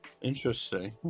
Interesting